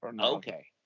Okay